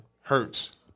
hurts